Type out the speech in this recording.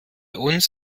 uns